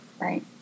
Right